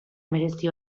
merezi